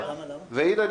הנה,